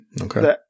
Okay